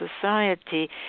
society